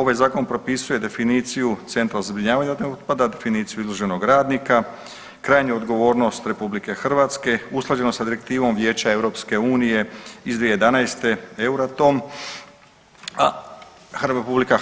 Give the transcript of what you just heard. Ovaj zakon propisuje definiciju centra zbrinjavanja radioaktivnog otpada, definiciju izloženog radnika, krajnju odgovornost RH, usklađenost sa Direktivom Vijeća EU iz 2011. …/nerazumljivo/… a